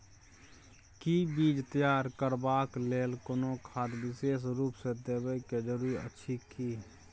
कि बीज तैयार करबाक लेल कोनो खाद विशेष रूप स देबै के जरूरी अछि की?